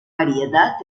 variedad